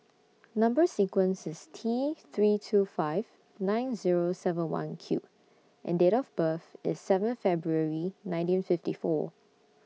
Number sequence IS T three two five nine Zero seven one Q and Date of birth IS seven February nineteen fifty four